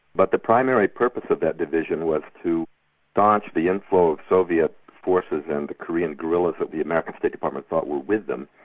but the primary purpose of that division was to staunch the inflow of soviet forces and the korean guerrillas that the american state department thought were with them,